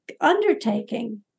undertaking